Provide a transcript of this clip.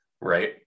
right